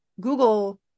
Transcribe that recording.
Google